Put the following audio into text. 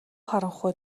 харанхуй